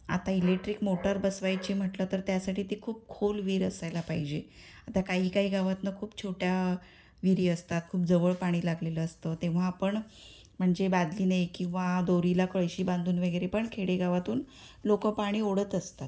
आता electric motor बसवायचे म्हटलं तर त्यासाठी ते खूप खोल विहीर असायला पाहिजे आता काही काही गावातून खूप छोट्या विहिरी असतात खूप जवळ पाणी लागलेलं असतं तेव्हा आपण म्हणजे बादलीने किंवा दोरीला कळशी बांधून वगैरे पण खेडेगावातून लोक पाणी ओढत असतात